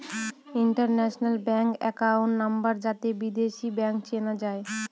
international bank account number যাতে বিদেশী bank চেনা যায়